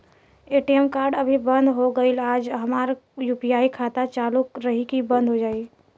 ATM card अभी बंद हो गईल आज और हमार यू.पी.आई खाता चालू रही की बन्द हो जाई?